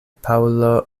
paŭlo